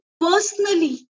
Personally